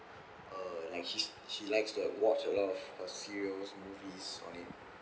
uh like she's she likes to watch a lot of her serials movies on it